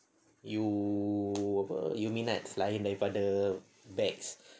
you apa you minat selain daripada bags